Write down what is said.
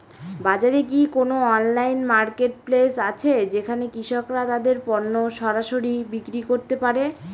বাজারে কি কোন অনলাইন মার্কেটপ্লেস আছে যেখানে কৃষকরা তাদের পণ্য সরাসরি বিক্রি করতে পারে?